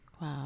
Wow